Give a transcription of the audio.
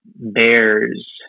Bears